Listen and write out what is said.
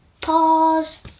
pause